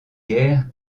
guère